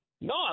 No